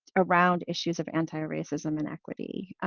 around issues of anti-racism and equity?